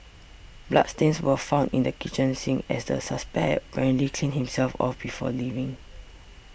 bloodstains were found in the kitchen sink as the suspect had apparently cleaned himself off before leaving